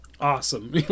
awesome